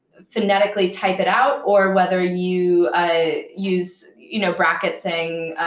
phonetically type it out or whether you ah use you know brackets saying,